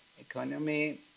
Economy